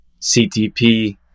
CTP